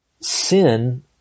Sin